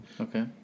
Okay